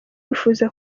wifuza